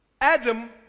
Adam